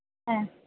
ആ